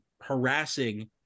harassing